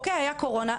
הייתה קורונה,